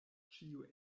ĉio